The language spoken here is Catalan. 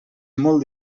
molt